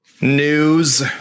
News